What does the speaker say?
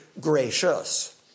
gracious